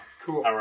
Cool